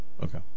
Okay